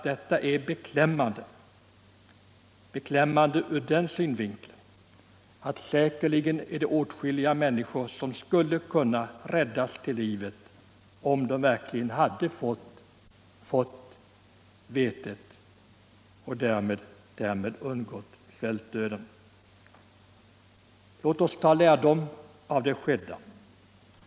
Det är beklämmande — säkert är det många människor som hade kunnat räddas undan svältdöden om de hade fått vetet. Låt oss ta lärdom av det skedda.